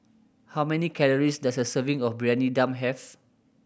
how many calories does a serving of Briyani Dum have